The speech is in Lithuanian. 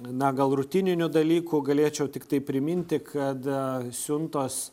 na gal rutininių dalykų galėčiau tiktai priminti kada siuntos